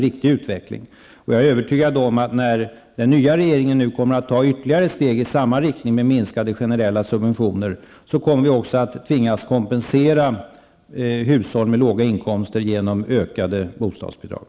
Jag är övertygad om att när den nya regeringen nu tar ytterligare steg i samma riktning mot minskade generella subventioner, kommer vi också att tvingas kompensera hushåll med låga inkomster genom ökade bostadsbidrag.